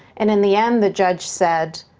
and in the end, the judge said,